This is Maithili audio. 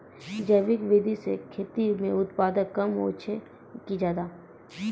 जैविक विधि से खेती म उत्पादन कम होय छै कि ज्यादा?